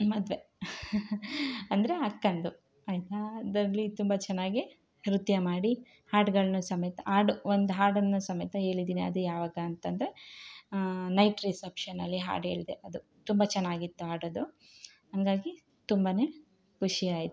ಮದುವೆ ಅಂದರೆ ಅಕ್ಕಂದು ಆಯ್ತು ಅದರಲ್ಲಿ ತುಂಬ ಚೆನ್ನಾಗಿ ನೃತ್ಯ ಮಾಡಿ ಹಾಡುಗಳ್ನು ಸಮೇತ ಹಾಡು ಒಂದು ಹಾಡನ್ನು ಸಮೇತ ಹೇಳಿದೀನಿ ಅದು ಯಾವಾಗ ಅಂತಂದರೆ ನೈಟ್ ರಿಸಪ್ಷನಲ್ಲಿ ಹಾಡು ಹೇಳಿದೆ ಅದು ತುಂಬ ಚೆನ್ನಾಗಿತ್ತು ಹಾಡು ಅದು ಹಂಗಾಗಿ ತುಂಬಾ ಖುಷಿ ಆಯಿತು